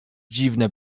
dziwne